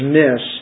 miss